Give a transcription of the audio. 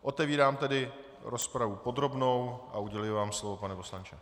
Otevírám tedy rozpravu podrobnou a uděluji vám slovo, pane poslanče.